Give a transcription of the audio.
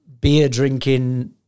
beer-drinking